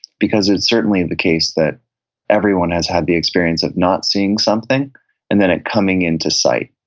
because it's certainly the case that everyone has had the experience of not seeing something and then it coming into sight.